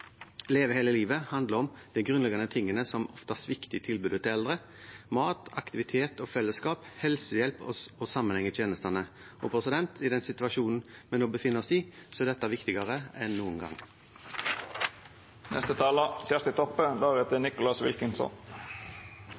Leve hele livet handler om de grunnleggende tingene som ofte svikter i tilbudet til eldre: mat, aktivitet og fellesskap, helsehjelp og sammenheng i tjenestene. I den situasjonen vi nå befinner oss, er dette viktigere enn noen